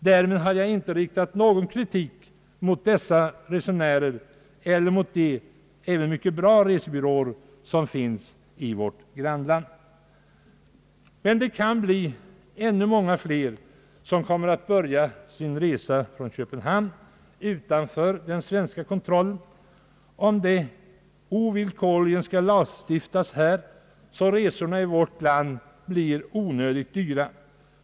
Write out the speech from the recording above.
Därmed har jag inte riktat någon kritik mot dessa resenärer eller mot de mycket bra resebyråer som finns i vårt grannland. Men det kan bli ännu många fler som kommer att börja sin resa från Köpenhamn, utanför den svenska kontrollen, om här ovillkorligen skall lagstiftas så att resorna i vårt land blir onödigt dyra.